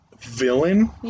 villain